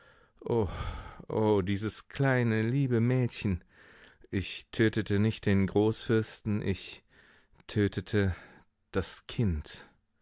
dieses kleine liebe mädchen ich tötete nicht den großfürsten ich tötete das kind